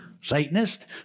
Satanist